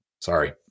Sorry